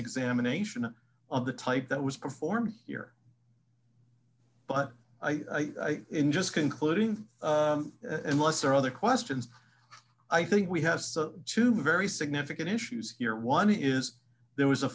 examination of the type that was performed here but in just concluding unless there are other questions i think we have two very significant issues here one is there was a